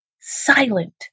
silent